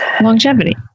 longevity